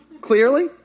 clearly